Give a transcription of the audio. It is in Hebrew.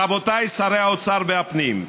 רבותיי שר האוצר ושר הפנים,